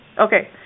Okay